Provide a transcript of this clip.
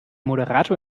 moderator